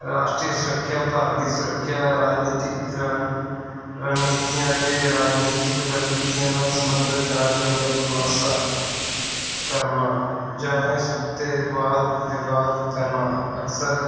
ਰਾਸ਼ਟਰੀ ਸੁਰੱਖਿਆ ਭਾਰਤ ਦੀ ਸੁਰੱਖਿਆ ਰਾਜਨੀਤਿਕ ਰਾ ਰਣਨੀਤੀਆਂ ਅਤੇ ਰਾਜਨੀਤਿਕ ਗਤਵਿਧੀਆਂ ਨਾਲ ਸੰਬੰਧਿਤ ਜਾਣਕਾਰੀ ਦਾ ਖੁਲਾਸਾ ਕਰਨਾ ਜਾਂ ਇਸ ਉੱਤੇ ਵਾਦ ਵਿਵਾਦ ਕਰਨਾ ਅਕਸਰ